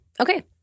Okay